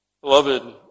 beloved